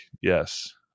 yes